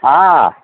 ହଁ